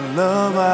love